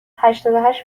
هشتادوهشت